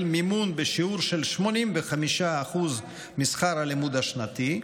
מימון בשיעור של 85% משכר הלימוד השנתי,